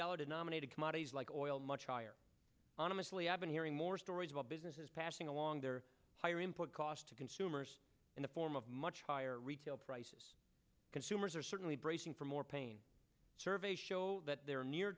denominated commodities like oil much higher honestly i've been hearing more stories about businesses passing along their higher input cost to consumers in the form of much higher retail prices consumers are certainly bracing for more pain surveys show that they're near